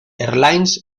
airlines